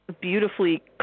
beautifully